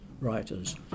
writers